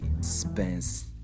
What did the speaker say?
spence